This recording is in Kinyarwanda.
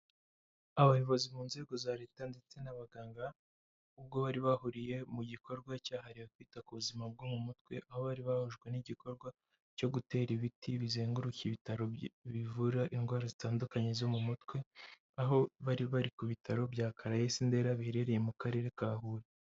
Abayobozi mu nzego za Leta ndetse n'abaganga, ubwo bari bahuriye mu gikorwa cyahariwe kwita ku buzima bwo mu mutwe, aho bari bahujwe n'igikorwa cyo gutera ibiti bizenguruka ibitaro bivura indwara zitandukanye zo mu mutwe, aho bari bari ku bitaro bya karayesi Indera biherereye mu karere ka Huye.